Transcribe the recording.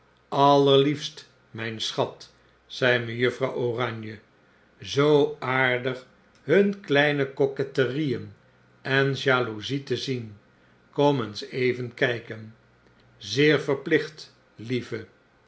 allerliefst myn schat'zei mejuffrouw oranje zoo aardig hun kleine coquetterien en jaloezie te zienl kom eens even kijken zeer verplicht lieve